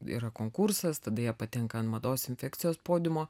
yra konkursas tada jie patenka ant mados infekcijos podiumo